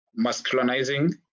masculinizing